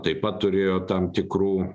taip pat turėjo tam tikrų